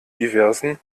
diversen